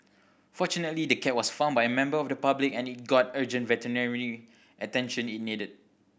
fortunately the cat was found by a member of the public and it got the urgent veterinary attention it needed